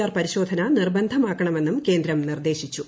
R പരിശോധന ന്റീർബ്ന്ധമാക്കണമെന്നും കേന്ദ്രം നിർദ്ദേശിച്ചു